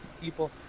people